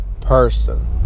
person